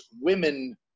women